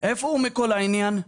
איפה הוא בכל העניין?